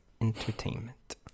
entertainment